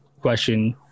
question